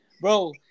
Bro